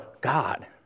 God